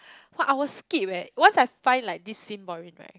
one hour skip eh once I find like this seen boring right